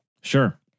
Sure